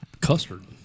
Custard